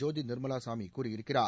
ஜோதி நிர்மலா சாமி கூறியிருக்கிறார்